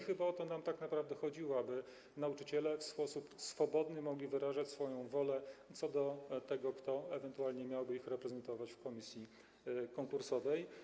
Chyba o to nam tak naprawdę chodziło, aby nauczyciele w sposób swobodny mogli wyrażać swoją wolę, kto ewentualnie miałby ich reprezentować w komisji konkursowej.